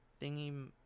thingy